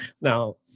Now